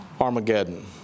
Armageddon